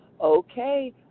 okay